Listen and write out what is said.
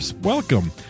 welcome